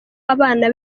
abana